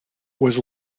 was